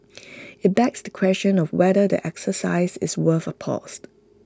IT begs the question of whether the exercise is worth A paused